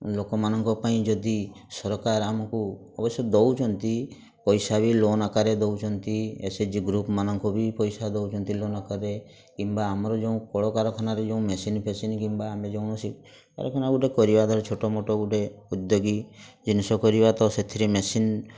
ଲୋକମାନଙ୍କ ପାଇଁ ଯଦି ସରକାର ଆମୁକୁ ଅବଶ୍ୟ ଦଉଛନ୍ତି ପଇସା ବି ଲୋନ ଆକାରରେ ଦଉଛନ୍ତି ଏସ ଏ ଜି ଗ୍ରୁପମାନଙ୍କୁ ବି ପଇସା ଦଉଛନ୍ତି ଲୋନ ଆକାରରେ କିମ୍ବା ଆମର ଯେଉଁ କଳକାରଖାନାରେ ଯେଉଁ ମେସିନ ଫେସିନ୍ କିମ୍ବା ଆମେ କୌଣସି କାରଖାନା ଗୋଟେ କରିବା ଛୋଟମୋଟ ଗୋଟେ ଉଦ୍ୟୋଗୀ ଜିନିଷ କରିବା ତ ସେଥିରେ ମେସିନ